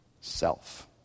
self